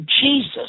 Jesus